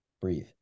breathe